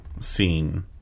scene